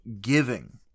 giving